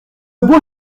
beau